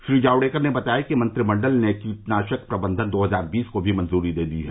श्री जावडेकर ने बताया कि मंत्रिमंडल ने कीटनाशक प्रबंधन दो हजार बीस को भी मंजूरी दे दी है